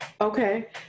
Okay